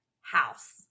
house